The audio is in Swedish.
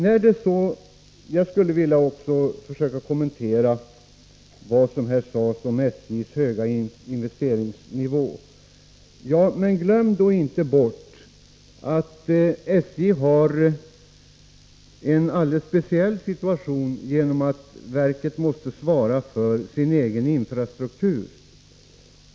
Jag skulle också vilja försöka kommentera vad som här sades om SJ:s höga investeringsnivå: Men glöm inte bort att SJ har en alldeles speciell situation därför att verket måste svara för sin egen infrastruktur.